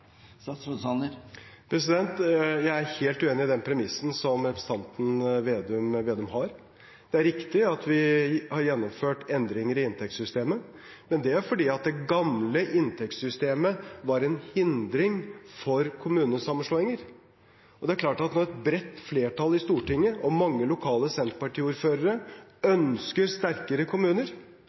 Jeg er helt uenig i det premisset som representanten Slagsvold Vedum har. Det er riktig at vi har gjennomført endringer i inntektssystemet, men det er fordi det gamle inntektssystemet var en hindring for kommunesammenslåinger. Det er klart at når et bredt flertall i Stortinget og mange lokale Senterparti-ordførere ønsker sterkere kommuner,